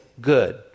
good